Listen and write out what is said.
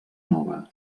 nova